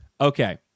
Okay